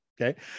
okay